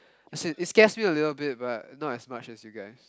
it scares you a little bit but not as much as you guys